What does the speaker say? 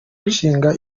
nshinga